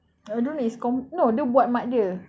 I don't know it's com~ no dia buat mak dia